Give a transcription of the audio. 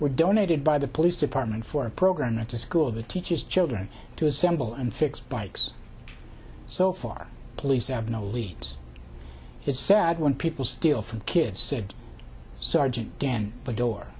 were donated by the police department for a program at the school that teaches children to assemble and fix bikes so far police have no leads it's sad when people steal from kids said sergeant dan but door